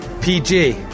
PG